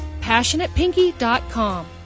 passionatepinky.com